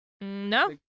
no